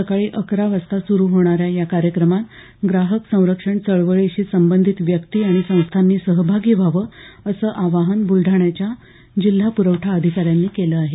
सकाळी अकरा वाजता सुरू होणाऱ्या या कार्यक्रमात ग्राहक संरक्षण चळवळीशी संबंधित व्यक्ती आणि संस्थांनी सहभागी व्हावं असं आवाहन बुलढाण्याच्या जिल्हा पुरवठा अधिकाऱ्यांनी केलं आहे